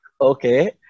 okay